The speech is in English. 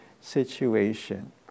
situation